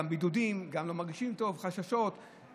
זאת התפיסה שיש לכם.